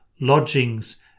lodgings